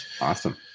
awesome